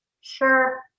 sure